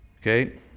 okay